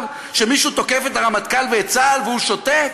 שמישהו תוקף את הרמטכ"ל ואת צה"ל והוא שותק?